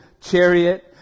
chariot